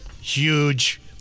huge